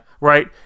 Right